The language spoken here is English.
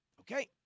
Okay